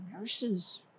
nurses